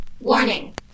Warning